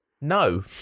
No